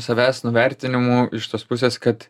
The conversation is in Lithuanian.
savęs nuvertinimu iš tos pusės kad